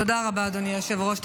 תודה רבה, אדוני היושב-ראש.